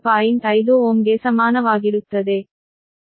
5Ω ಗೆ ಸಮಾನವಾಗಿರುತ್ತದೆ